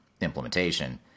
implementation